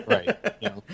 Right